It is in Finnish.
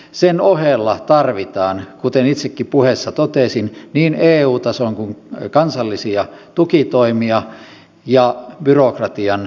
sen ohella tarvitaan kuten itsekin puheessa totesin niin eu tason kuin kansallisiakin tukitoimia ja byrokratian karsimista